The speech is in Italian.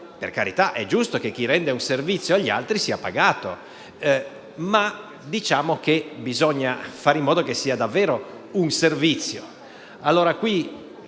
Per carità, è giusto che chi rende un servizio agli altri sia pagato, ma bisogna fare in modo che si tratti davvero di un servizio.